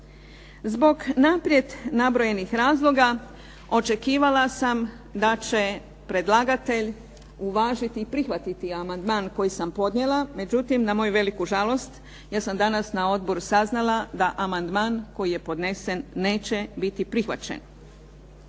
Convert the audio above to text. Zbog naprijed nabrojenih razloga očekivala sam da će predlagatelj uvažiti i prihvatiti amandman koji sam podnijela, međutim na moju veliku žalost ja sam danas na odboru saznala da amandman koji je podnesen neće biti prihvaćen.